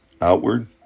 outward